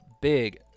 big